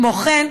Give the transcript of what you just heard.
כמו כן,